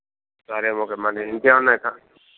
సరే ఓకే మరి ఇంకేం ఉన్నాయి సార్